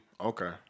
Okay